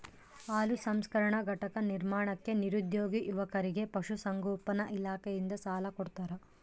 ಹಾಲು ಸಂಸ್ಕರಣಾ ಘಟಕ ನಿರ್ಮಾಣಕ್ಕೆ ನಿರುದ್ಯೋಗಿ ಯುವಕರಿಗೆ ಪಶುಸಂಗೋಪನಾ ಇಲಾಖೆಯಿಂದ ಸಾಲ ಕೊಡ್ತಾರ